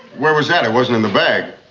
where was that? it wasn't in the bag.